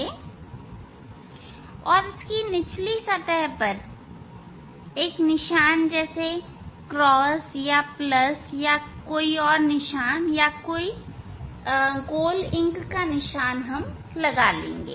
हम एक बीकर लेंगे और इसकी निचली सतह पर एक निशान जैसे X या प्लस या कुछ और या कोई गोल इंक निशान लगा लेंगे